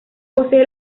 posee